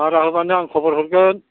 मारा होबानो आं खबर हरगोन